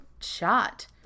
shot